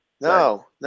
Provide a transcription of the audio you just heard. no